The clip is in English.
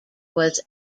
was